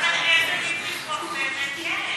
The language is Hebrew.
אבל איזה מין פיקוח באמת יש?